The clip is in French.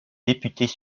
députés